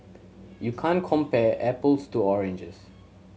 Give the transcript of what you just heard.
you can't compare apples to oranges